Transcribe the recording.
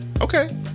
okay